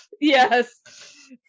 yes